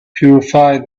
purified